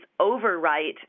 overwrite